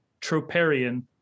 troparian